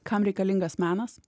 kam reikalingas menas